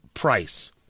price